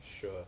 Sure